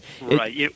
Right